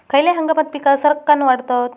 खयल्या हंगामात पीका सरक्कान वाढतत?